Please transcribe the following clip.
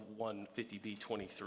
150b-23